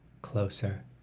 Closer